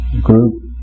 group